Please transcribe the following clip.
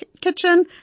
kitchen